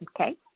Okay